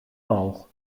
bauch